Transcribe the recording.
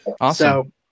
Awesome